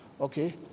okay